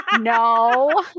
No